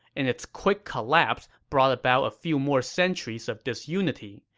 and its quick collapse brought about a few more centuries of disunity.